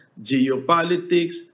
geopolitics